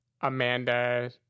amanda